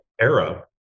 era